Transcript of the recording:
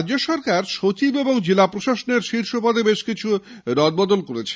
রাজ্য সরকার সচিব ও জেলা প্রশাসনের শীর্ষ পদে বেশ কিছু রদ বদল করেছে